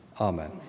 Amen